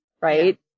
right